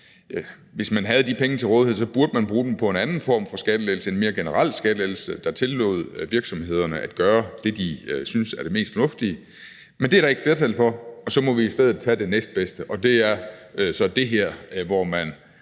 hvis man havde de penge til rådighed, burde man bruge dem på en anden form for skattelettelse, en mere generel skattelettelse, der tillod virksomhederne at gøre det, de synes er det mest fornuftige, men det er der ikke flertal for, og så må vi i stedet tage det næstbedste, og det er så det her, hvor man